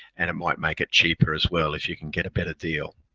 and it might make it cheaper as well if you can get a better deal.